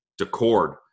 Decord